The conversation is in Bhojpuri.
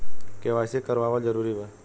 के.वाइ.सी करवावल जरूरी बा?